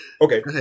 Okay